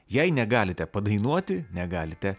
jei negalite padainuoti negalite